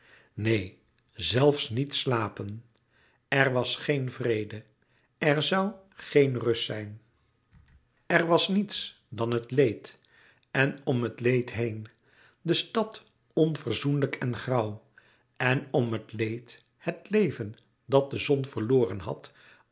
neen zelfs niet slapen er was geen vrede er zoû geen rust zijn er was niets dan het leed en om het leed heen de stad onverzoenlijk en grauw en om het leed het leven dat de zon verloren had